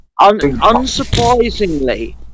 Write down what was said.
unsurprisingly